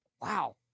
wow